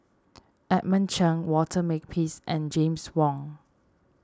Edmund Cheng Walter Makepeace and James Wong